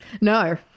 No